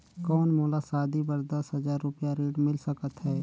कौन मोला शादी बर दस हजार रुपिया ऋण मिल सकत है?